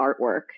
artwork